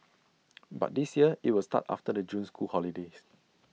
but this year IT will start after the June school holidays